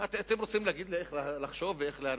אתם רוצים להגיד לי איך לחשוב ואיך להרגיש?